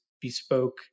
bespoke